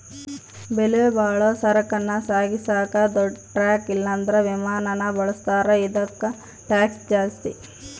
ಬೆಲೆಬಾಳೋ ಸರಕನ್ನ ಸಾಗಿಸಾಕ ದೊಡ್ ಟ್ರಕ್ ಇಲ್ಲಂದ್ರ ವಿಮಾನಾನ ಬಳುಸ್ತಾರ, ಇದುಕ್ಕ ಟ್ಯಾಕ್ಷ್ ಜಾಸ್ತಿ